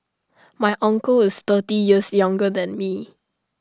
my uncle is thirty years younger than me